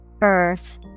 Earth